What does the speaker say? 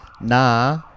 Nah